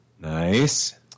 Nice